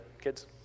kids